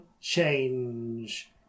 change